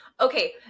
okay